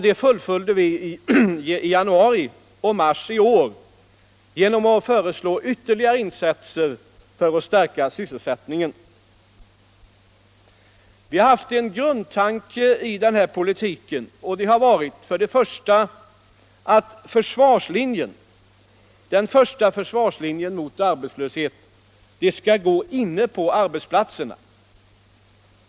Det fullföljde vi i januari och mars i år genom att föreslå ytterligare insatser för att stärka sysselsättningen. Vi har haft en grundtanke i den här politiken. Det har varit att den första försvarslinjen mot arbetslösheten skall gå inne på arbetsplatserna.